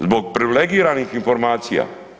Zbog privilegiranih informacija.